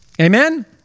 Amen